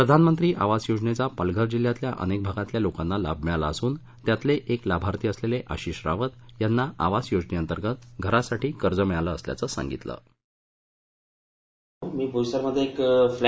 प्रधानमंत्री आवास योजनेचा पालघर जिल्ह्यातल्या अनेक भागातल्या लोकांना लाभ मिळाला असून त्यातील एक लाभार्थी असलेले आशिष रावत यांना आवास योजनेअंतर्गत घरासाठी कर्ज मिळालं असल्याचं सांगितल